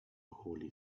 holy